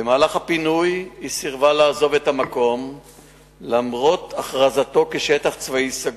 במהלך הפינוי היא סירבה לעזוב את המקום למרות הכרזתו כשטח צבאי סגור,